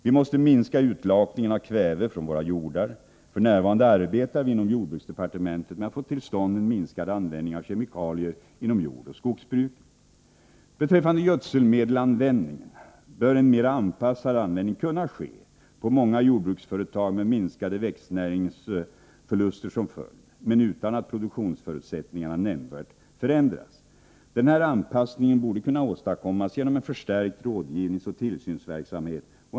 Vi måste minska utlakningen av kväve från våra jordar. F.n. arbetar vi inom jordbruksdepartementet med att få till stånd en minskad användning av kemikalier inom jordoch skogsbruket. Beträffande gödselmedelsanvändningen bör en mera anpassad användning kunna ske på många jordbruksföretag med minskade växtnäringsförluster som följd, men utan att produktionsförutsättningarna nämnvärt förändras. Denna anpassning borde kunna åstadkommas genom en förstärkt rådgivningsoch tillsynsverksamhet.